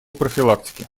профилактике